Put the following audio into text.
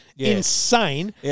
insane